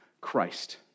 Christ